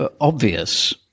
obvious